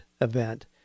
event